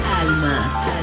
Alma